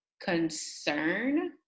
concern